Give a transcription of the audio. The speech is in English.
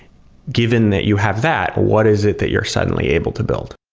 given that you have that, what is it that you're suddenly able to build?